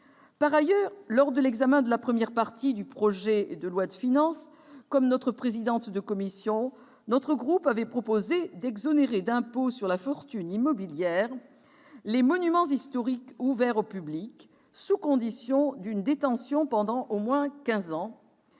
Par ailleurs, lors de l'examen de la première partie du projet de loi de finances, notre groupe, comme Mme la présidente de la commission de la culture, avait proposé d'exonérer d'impôt sur la fortune immobilière les monuments historiques ouverts au public, sous condition d'une détention d'au moins quinze